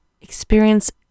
experience